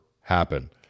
happen